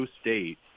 state